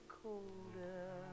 colder